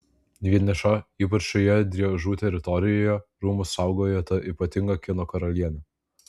vieniša ypač šioje driežų teritorijoje rūmus saugojo ta ypatinga kino karalienė